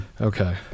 okay